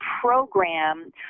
program